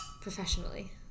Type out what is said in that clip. professionally